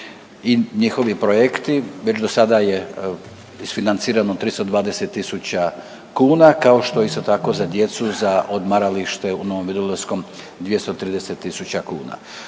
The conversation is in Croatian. i njihovi projekti, već dosada je isfinancirano 320 tisuća kuna, kao što isto tako za djecu za odmaralište u Novom Vinodolskom 230 tisuća kuna.